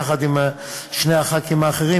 יחד עם שני חברי הכנסת האחרים,